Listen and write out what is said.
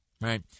right